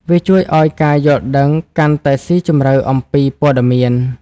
វាជួយឱ្យការយល់ដឹងកាន់តែស៊ីជម្រៅអំពីព័ត៌មាន។